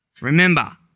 Remember